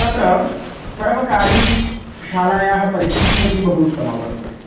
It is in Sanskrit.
तत्र सर्वकारीयशालायाः परिस्थितिः अपि बहु उत्तमा वर्तते